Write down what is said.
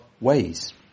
ways